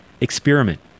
Experiment